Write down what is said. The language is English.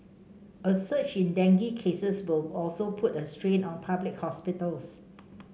a surge in dengue cases will also put a strain on public hospitals